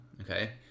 okay